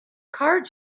card